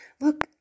Look